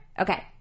Okay